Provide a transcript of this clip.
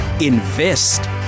Invest